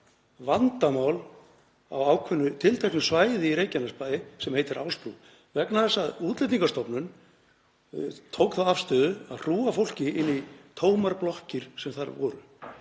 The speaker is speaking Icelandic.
vandamál á tilteknu svæði í Reykjanesbæ sem heitir Ásbrú vegna þess að Útlendingastofnun tók þá afstöðu að hrúga fólki inn í tómar blokkir sem þar voru.